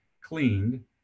cleaned